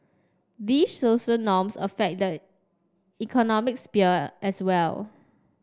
these social affect the economic sphere as well